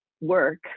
work